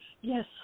Yes